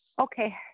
okay